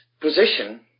position